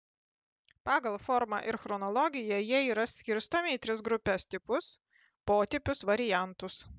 pagal formą ir chronologiją jie yra skirstomi į tris grupes tipus potipius variantus